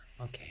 okay